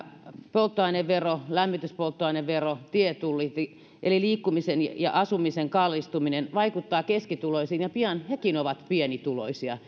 polttoainevero lämmityspolttoainevero tietullit eli liikkumisen ja asumisen kallistuminen vaikuttavat keskituloisiin ja pian hekin ovat pienituloisia